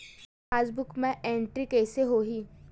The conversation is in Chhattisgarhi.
मोर पासबुक मा एंट्री कइसे होही?